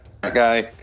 guy